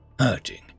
Hurting